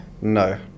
No